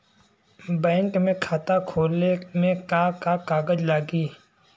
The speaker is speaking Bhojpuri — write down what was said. बैंक में खाता खोले मे का का कागज लागी?